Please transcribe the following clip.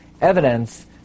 evidence